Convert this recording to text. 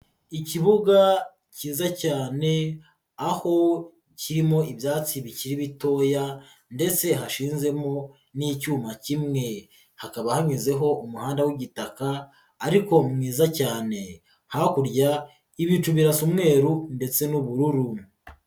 Ikibuga cyiza cyane aho kirimo ibyatsi bikiri bitoya ndetse hashinzemo n'icyuma kimwe. Hakaba hanyuzeho umuhanda w'igitaka ariko mwiza cyane. Hakurya ibicu birasa umweru ndetse n'ubururu.